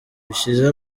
bishize